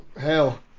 Hell